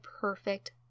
perfect